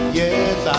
yes